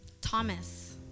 Thomas